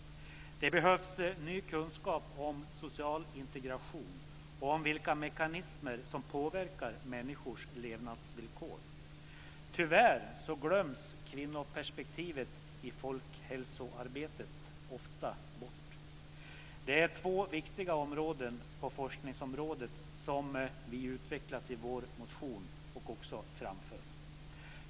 Det behövs ny kunskap om social integration och om vilka mekanismer som påverkar människors levnadsvillkor. Tyvärr glöms kvinnoperspektivet i folkhälsoarbetet ofta bort. Detta är två viktiga områden på forskningsområdet som vi har utvecklat i vår motion och som vi också framför.